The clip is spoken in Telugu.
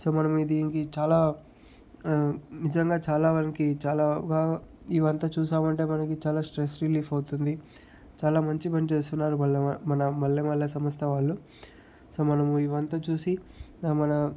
సో మనము దీనికి చాలా నిజంగా చాలా వారికి చాలా వా ఇదంతా చూసామంటే మనకి చాలా స్ట్రెస్ రిలీఫ్ అవుతుంది చాలా మంచి పని చేస్తున్నారు మల్లెమాల మన మల్లెమాల సంస్థ వాళ్ళు సో మనము ఇదంతా చూసి మన